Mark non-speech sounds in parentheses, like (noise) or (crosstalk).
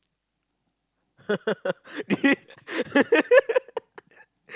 (laughs) do you (laughs)